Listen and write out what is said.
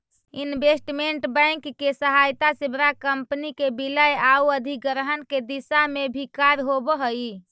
investment bank के सहायता से बड़ा कंपनी के विलय आउ अधिग्रहण के दिशा में भी कार्य होवऽ हइ